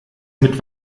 mit